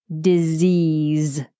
Disease